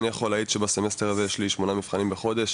אני יכול להעיד שבסמסטר הזה יש לי שמונה מבחנים בחודש,